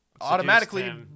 automatically